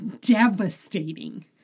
devastating